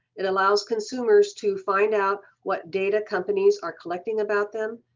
it allows consumers to find out what data companies are collecting about them,